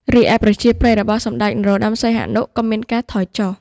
រីឯប្រជាប្រិយរបស់សម្តេចនរោត្តមសីហនុក៏មានការថយចុះ។